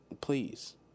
please